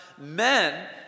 Men